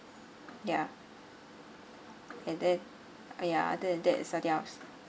ya and then ya other than that is nothing else